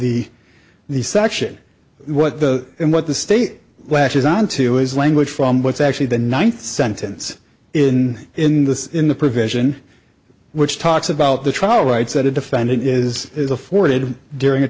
the the section what the what the state latches onto is language from what's actually the ninth sentence in in the in the provision which talks about the trial rights that a defendant is is afforded during a